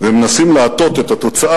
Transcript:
ומנסים להטות את התוצאה,